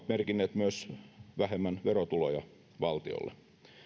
merkinneet myös vähemmän verotuloja valtiolle